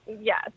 Yes